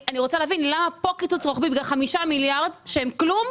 אני רוצה להבין למה פה קיצוץ רוחבי בגלל 5 מיליארד שהם כלום,